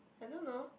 I don't know